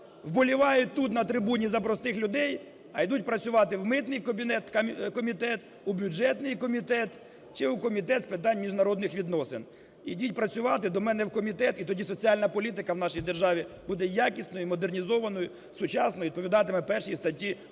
Вболівають тут, на трибуні, за простих людей, а йдуть працювати в митний комітет, у бюджетний комітет чи у комітет з питань міжнародних відносин. Ідіть працювати до мене в комітет, і тоді соціальна політика в нашій державі буде якісною, модернізованою, сучасною і відповідатиме першій статті